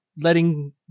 Letting